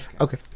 Okay